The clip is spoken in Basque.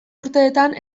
urteetan